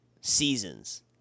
Seasons